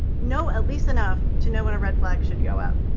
know at least enough to know when a red flag should go up,